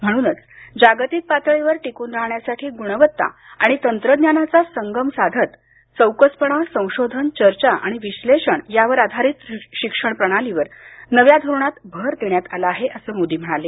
म्हणूनच जागतिक पातळींवर टिकून राहण्यासाठी गुणवत्ता आणि तंत्रज्ञानाचा संगम साधत चौकसपणा संशोधन चर्चा आणि विश्लेषण यावर आधारित शिक्षण प्रणालीवर नव्या धोरणात भर देण्यात आला आहे असं मोदी म्हणाले